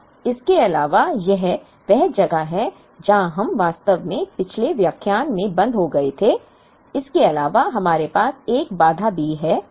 अब इसके अलावा यह वह जगह है जहां हम वास्तव में पिछले व्याख्यान में बंद हो गए थे इसके अलावा हमारे पास एक बाधा भी है